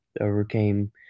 overcame